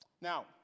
Now